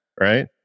right